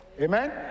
Amen